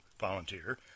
volunteer